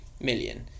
million